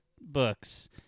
books